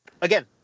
again